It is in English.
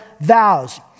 vows